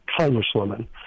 congresswoman